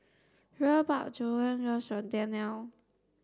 Rhea bought Gogan Josh for Danelle